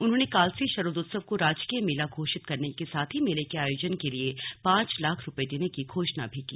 उन्होंने कालसी शरदोत्सव को राजकीय मेला घोषित करने के साथ ही मेले के आयोजन के लिए पांच लाख रुपये देने की घोषणा भी की